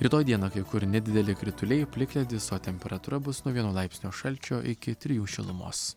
rytoj dieną kai kur nedideli krituliai plikledis o temperatūra bus nuo vieno laipsnio šalčio iki trijų šilumos